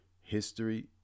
History